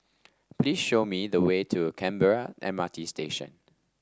please show me the way to Canberra M R T Station